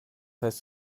heißt